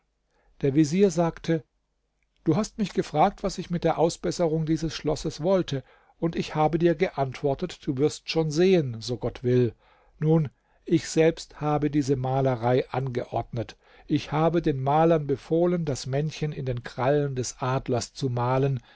der vezier sagte du hast mich gefragt was ich mit der ausbesserung dieses schlosses wollte und ich habe dir geantwortet du wirst schon sehen so gott will nun ich selbst habe diese malerei angeordnet ich habe den malern befohlen das männchen in den krallen des adlers zu malen